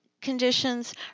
conditions